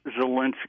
Zelensky